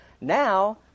Now